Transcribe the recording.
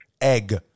egg